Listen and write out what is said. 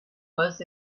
was